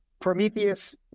Prometheus